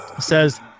says